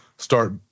start